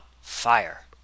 fire